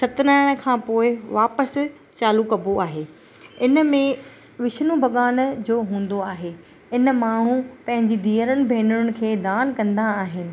सतनारायण खां पोइ वापसि चालू कबो आहे हिन में विष्णु भॻवान जो हूंदो आहे इन माण्हू पंहिंजी धीअरनि भेनरुनि खे दान कंदा आहिनि